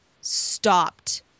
stopped